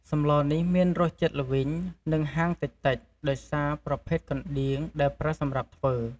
សម្លនេះមានរសជាតិល្វីង និងហាងតិចៗដោយសារប្រភេទកណ្ដៀងដែលប្រើសម្រាប់ធ្វើ។